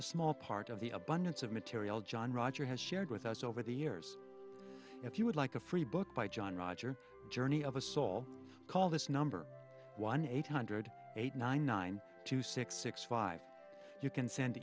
a small part of the abundance of material john roger has shared with us over the years if you would like a free book by john roger journey of a soul call this number one eight hundred eight nine nine two six six five you can send